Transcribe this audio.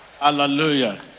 Hallelujah